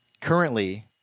currently